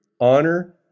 honor